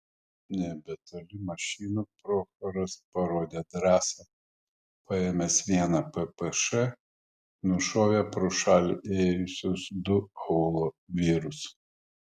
nebetoli mašinų prochoras parodė drąsą paėmęs vieną ppš nušovė pro šalį ėjusius du aūlo vyrus